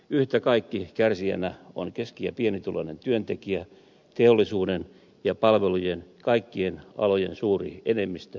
yhtä kaikki kärsijänä on keski ja pienituloinen työntekijä teollisuuden ja palvelujen kaikkien alojen suuri enemmistö